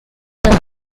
does